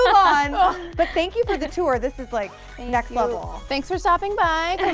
on but thank you for the tour this is like next level thanks for stopping by